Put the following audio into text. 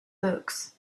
books